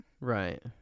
Right